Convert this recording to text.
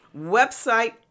website